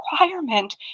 requirement